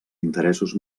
interessos